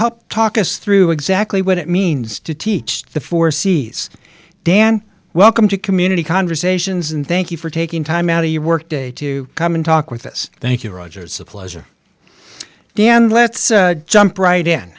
help talk us through exactly what it means to teach the foresees dan welcome to community conversations and thank you for taking time out of your work day to come and talk with us thank you rogers a pleasure dan let's jump right in